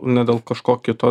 ne dėl kažko kito